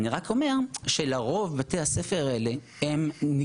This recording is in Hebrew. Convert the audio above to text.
אני רק אומר שלרוב בתי הספר האלה נגישים